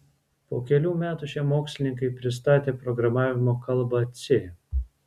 po kelių metų šie mokslininkai pristatė programavimo kalbą c